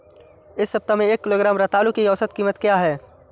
इस सप्ताह में एक किलोग्राम रतालू की औसत कीमत क्या है?